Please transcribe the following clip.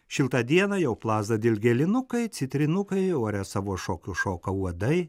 šiltą dieną jau plazda dilgėlinukai citrinukai ore savo šokius šoka uodai